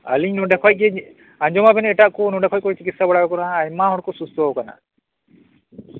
ᱟᱞᱤᱧ ᱱᱚᱰᱮ ᱠᱷᱚᱱ ᱜᱮ ᱟᱸᱡᱚᱢᱟᱵᱮᱱ ᱮᱴᱟᱜ ᱠᱚ ᱱᱚᱸᱰᱮ ᱠᱷᱚᱱ ᱠᱚ ᱪᱤᱠᱤᱛᱥᱟ ᱵᱟᱲᱟ ᱟᱠᱟᱱᱟ ᱟᱨ ᱟᱭᱢᱟ ᱦᱚᱲ ᱠᱚ ᱥᱩᱥᱛᱷᱚᱣᱟᱠᱟᱱᱟ